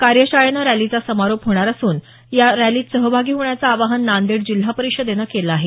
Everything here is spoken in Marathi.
कार्यशाळेनं रॅलीचा समारोप होणार असून या रॅलीत सहभागी होण्याचं आवाहन नांदेड जिल्हा परिषदेनं केलं आहे